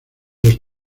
los